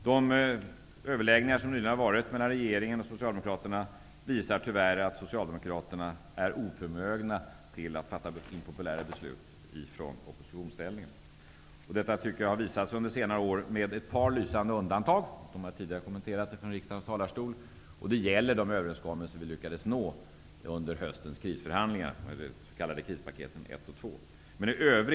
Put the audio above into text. De överläggningar som nyligen har förts mellan regeringen och Socialdemokraterna visar tyvärr att Socialdemokraterna är oförmögna att fatta impopulära beslut i oppositionsställning. Detta tycker jag har visats under senare år, med ett par lysande undantag. Jag har tidigare kommenterat dem från riksdagens talarstol. Det gäller de överenskommelser som vi lyckades nå under höstens krisförhandlingar med de s.k.